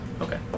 Okay